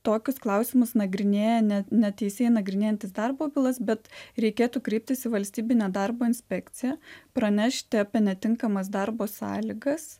tokius klausimus nagrinėja ne ne teisėjai nagrinėjantys darbo bylas bet reikėtų kreiptis į valstybinę darbo inspekciją pranešti apie netinkamas darbo sąlygas